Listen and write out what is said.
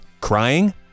crying